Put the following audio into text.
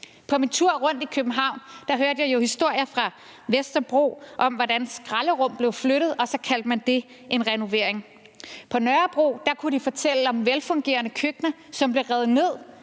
På min tur rundt i København hørte jeg historier fra Vesterbro om, hvordan skralderum blev flyttet, og så kaldte man det en renovering. På Nørrebro kunne de fortælle om velfungerende køkkener, som blev revet ned